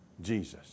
Jesus